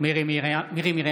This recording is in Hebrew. מירי מרים רגב,